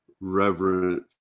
reverent